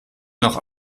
noch